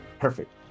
Perfect